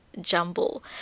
jumble